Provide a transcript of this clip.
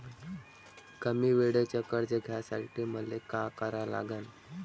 कमी वेळेचं कर्ज घ्यासाठी मले का करा लागन?